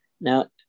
Now